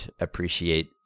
appreciate